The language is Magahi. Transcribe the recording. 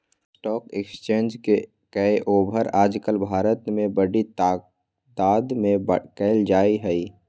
स्टाक एक्स्चेंज के काएओवार आजकल भारत में बडी तादात में कइल जा हई